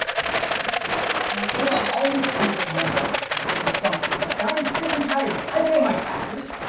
these damn schools. so honey they are always trying to get money out of us but for something, you know, and i am sick and tired of it. i pay my taxes.